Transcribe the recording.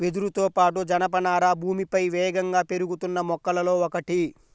వెదురుతో పాటు, జనపనార భూమిపై వేగంగా పెరుగుతున్న మొక్కలలో ఒకటి